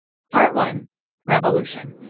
part one revolution